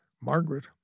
Margaret